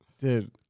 dude